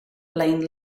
blaine